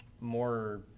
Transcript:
more